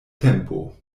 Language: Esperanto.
tempo